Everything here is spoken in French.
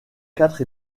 quatre